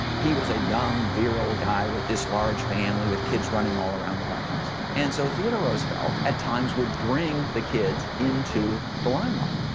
he was a young, virile guy with this large family, with kids running all around the white house. and so theodore roosevelt, at times, would bring the kids into the limelight.